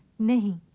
me?